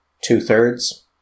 two-thirds